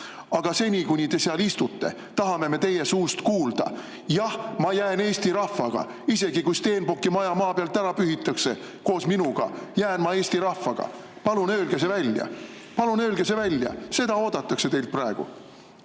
Aga seni, kuni te seal istute, tahame me teie suust kuulda: "Jah, ma jään Eesti rahvaga. Isegi kui Stenbocki maja maa pealt ära pühitakse koos minuga, jään ma Eesti rahvaga." Palun öelge see välja! Palun öelge see välja! Seda oodatakse teilt praegu. Mis